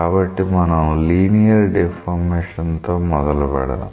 కాబట్టి మనం linear deformation తో మొదలుపెడదాం